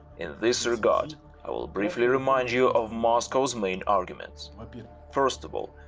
in this regard i will briefly remind you of moscow's main arguments first of all,